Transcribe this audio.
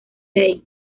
lake